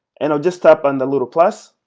and i'll just tap on the little plus